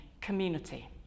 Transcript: community